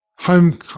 home